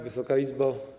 Wysoka Izbo!